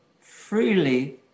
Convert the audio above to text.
freely